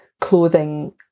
clothing